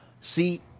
see